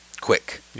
quick